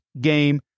game